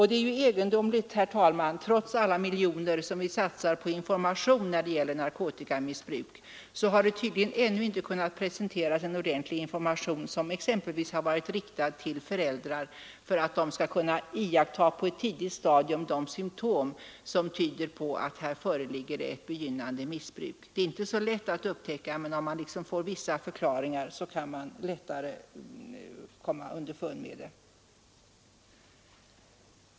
Det är egendomligt, herr talman, att det — trots alla miljoner som vi satsar på upplysning när det gäller narkotikamissbruk — tydligen ännu inte har kunnat presenteras en ordentlig information som exempelvis varit riktad till föräldrar för att de på ett tidigt stadium skall kunna iaktta de symtom som tyder på att det föreligger ett begynnande missbruk. Det är inte så lätt att upptäcka, men om man får vissa förklaringar kan man lättare komma underfund med det.